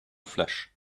flesh